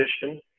position